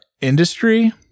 industry